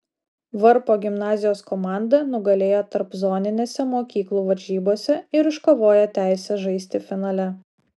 varpo gimnazijos komanda nugalėjo tarpzoninėse mokyklų varžybose ir iškovojo teisę žaisti finale